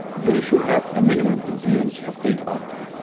these should have a minimum impedance of eight ohms.